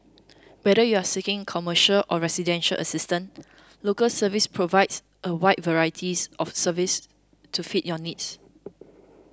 whether you are seeking commercial or residential assistance Local Service provides a wide varieties of services to fit your needs